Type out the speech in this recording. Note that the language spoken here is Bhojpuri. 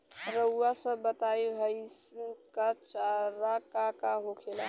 रउआ सभ बताई भईस क चारा का का होखेला?